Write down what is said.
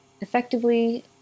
effectively